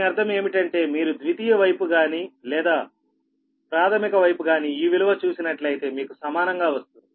దీని అర్థం ఏమిటి అంటే మీరు ద్వితీయ వైపుగాని లేక ప్రాథమిక వైపుగాని ఈ విలువ చూసినట్లైతే మీకు సమానంగా వస్తుంది